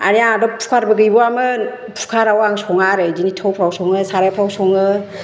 आरो आंहाबो कुखारबो गैबावामोन कुखाराव आं सङा आरो बिदिनो थौफ्राव सङो साराइफ्राव सङो